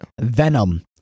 Venom